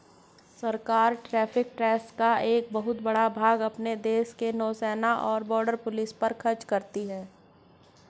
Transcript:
सरकार tariff tax का एक बहुत बड़ा भाग अपने देश के नौसेना और बॉर्डर पुलिस पर खर्च करती हैं